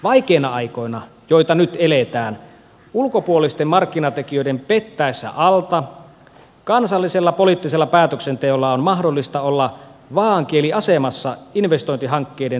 vaikeina aikoina joita nyt eletään ulkopuolisten markkinatekijöiden pettäessä alta kansallisella poliittisella päätöksenteolla on mahdollista olla vaaankieliasemassa investointihankkeiden toteuttamisen osalta